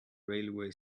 railway